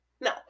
No